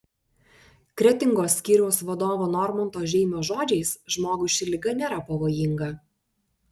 kretingos skyriaus vadovo normanto žeimio žodžiais žmogui ši liga nėra pavojinga